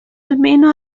almeno